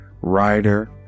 writer